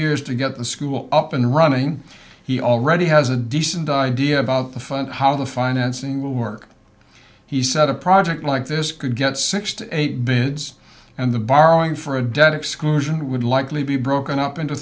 years to get the school up and running he already has a decent idea about the fund how the financing will work he said a project like this could get six to eight beds and the borrowing for a debt exclusion would likely be broken up into